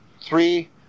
Three